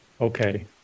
Okay